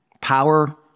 power